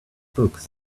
books